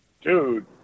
dude